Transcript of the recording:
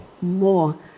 more